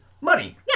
money